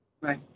Right